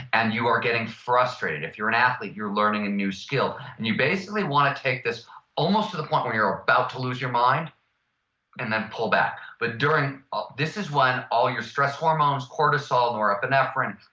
and you are getting frustrated. if you're an athlete you're learning a new skill. and you basically want to take this almost to the point when you're about to lose your mind and then pull back. but ah this is when all your stress hormones, cortisol, norepinephrine,